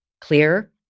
clear